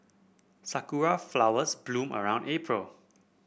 sakura flowers bloom around April